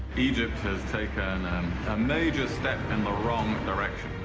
egypt has taken a major step in the wrong direction.